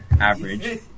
average